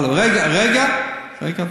על-פי חוק אסור.